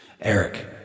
Eric